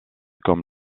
comme